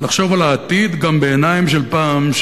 לחשוב על העתיד גם בעיניים של פעם,